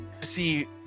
See